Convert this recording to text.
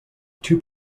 two